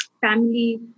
family